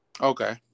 Okay